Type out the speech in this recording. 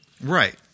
Right